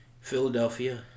Philadelphia